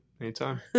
anytime